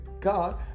God